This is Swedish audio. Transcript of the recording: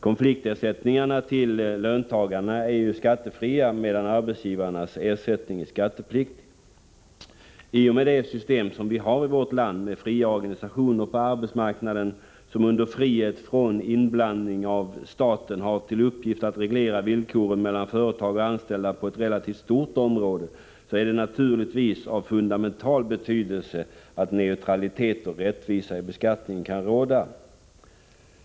Konfliktersättningarna till löntagarna är skattefria, medan arbetsgivarnas ersättning är skattepliktig. I och med det system som vi har i vårt land med fria organisationer på arbetsmarknaden, som under frihet från inblandning av staten har till uppgift att reglera villkoren mellan företag och anställda på ett relativt stort område, är det naturligtvis av fundamental betydelse att neutralitet och rättvisa i beskattningen kan råda.